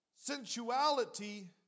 Sensuality